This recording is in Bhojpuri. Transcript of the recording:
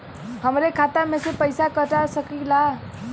हमरे खाता में से पैसा कटा सकी ला?